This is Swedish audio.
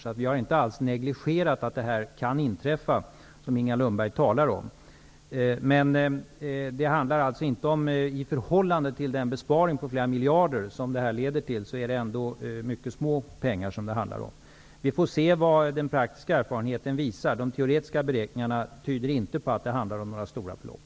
Vi har alltså inte alls negligerat den bild av vad som kan inträffa och som Inger Lundberg talar om. Men i förhållande till den besparing på flera miljarder som det här leder till handlar det ändå om mycket små belopp. Vi får se vad den praktiska erfarenheten visar. De teoretiska beräkningarna tyder i alla fall inte på att det handlar om några stora belopp.